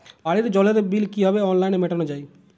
বাড়ির জলের বিল কিভাবে অনলাইনে মেটানো যায়?